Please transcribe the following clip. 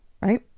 right